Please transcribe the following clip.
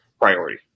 priority